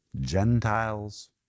Gentiles